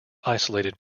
isolated